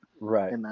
Right